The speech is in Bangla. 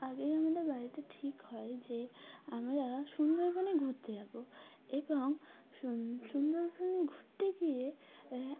আগেই আমাদের বাড়িতে ঠিক হয় যে আমরা সুন্দরবনে ঘুরতে যাবো এবং সুন্দরবনে ঘুরতে গিয়ে